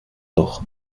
doch